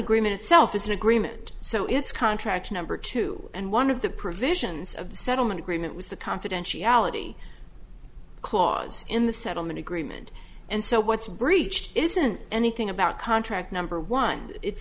agreement itself is an agreement so it's contract number two and one of the provisions of the settlement agreement was the confidentiality clause in the settlement agreement and so what's breached it isn't anything about contract number one it's